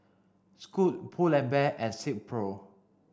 Scoot Pull and Bear and Silkpro